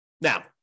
Now